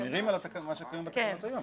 מחמירים על התקנה שקיימת היום.